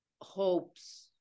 hopes